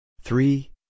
Three